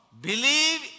believe